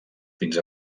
fins